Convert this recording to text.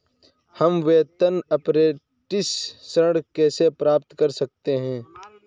हम वेतन अपरेंटिस ऋण कैसे प्राप्त कर सकते हैं?